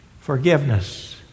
Forgiveness